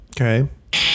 Okay